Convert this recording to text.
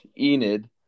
Enid